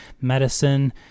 medicine